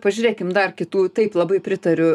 pažiūrėkim dar kitų taip labai pritariu